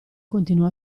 continuò